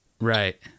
Right